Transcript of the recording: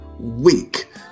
Week